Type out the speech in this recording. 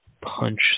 punch